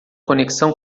conexão